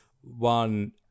one